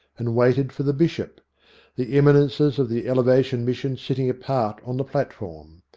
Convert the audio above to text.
and waited for the bishop the eminences of the elevation mission sitting apart on the platform.